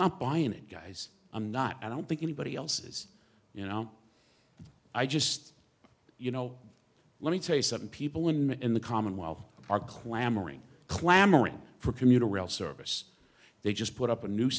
not buying it guys i'm not i don't think anybody else's you know i just you know let me tell you something people in maine in the commonwealth are clamoring clamoring for commuter rail service they just put up a new